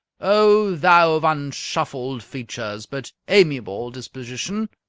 o thou of unshuffled features but amiable disposition!